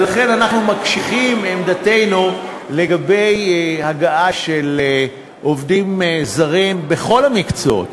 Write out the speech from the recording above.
ולכן אנחנו מקשיחים עמדתנו לגבי הגעה של עובדים זרים בכל המקצועות,